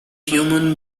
human